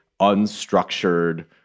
unstructured